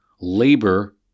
labor